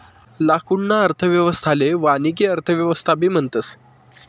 लाकूडना अर्थव्यवस्थाले वानिकी अर्थव्यवस्थाबी म्हणतस